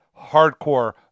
hardcore